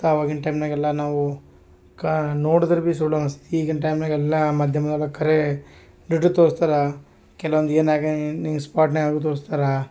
ಮತ್ತು ಆವಾಗಿನ ಟೈಮ್ನಾಗೆಲ್ಲ ನಾವು ಕಾ ನೋಡೋದರ್ ಬಿ ಸುಳ್ಳು ಅನ್ಸೋ ಈಗಿನ ಟೈಮ್ನಾಗೆಲ್ಲ ಮಾಧ್ಯಮದಾಗ ಖರೇ ನೀಡು ತೋರಿಸ್ತಾರೆ ಕೆಲವೊಂದ್ ಏನಾಗಿ ನೀನು ನೀನು ಸ್ಪಾಟ್ನಾಗ ತೋರಿಸ್ತಾರ